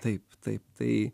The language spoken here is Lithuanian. taip taip tai